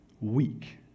weak